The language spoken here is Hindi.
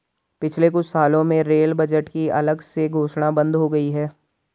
पिछले कुछ सालों में रेल बजट की अलग से घोषणा बंद हो गई है